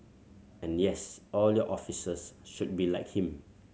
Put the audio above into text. and yes all your officers should be like him